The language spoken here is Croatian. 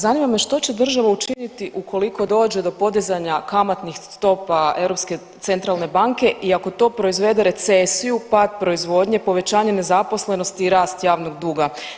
Zanima me što će država učiniti ukoliko dođe do podizanja kamatnih stopa Europske centralne banke i ako to proizvede recesiju, pad proizvodnje, povećanje nezaposlenosti i rast javnog duga.